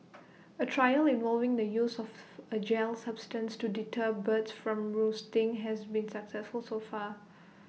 A trial involving the use of A gel substance to deter birds from roosting has been successful so far